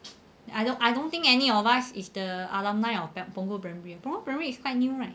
I don't I don't think any of us is the alumni of punggol primary right punggol primary is quite new right